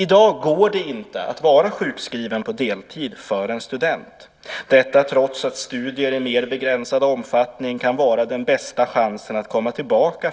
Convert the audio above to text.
I dag går det inte att vara sjukskriven på deltid för en student - detta trots att studier i mer begränsad omfattning kan vara den bästa chansen